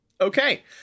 Okay